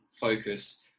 focus